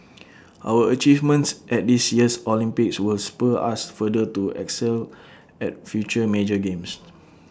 our achievements at this year's Olympics will spur us further to excel at future major games